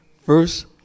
first